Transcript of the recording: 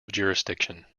jurisdiction